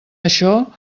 això